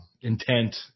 intent